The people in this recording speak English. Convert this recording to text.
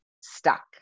stuck